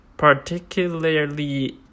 Particularly